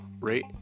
rate